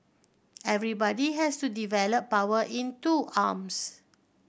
everybody has to develop power in two arms